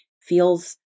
feels